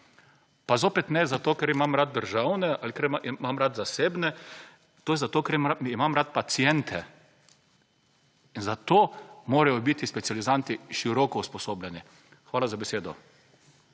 Pa zopet ne zato, ker imam rad državne ali ker imam rad zasebne, to je zato, ker imam rad paciente. Zato morajo biti specializanti široko usposobljeni. Hvala za besedo.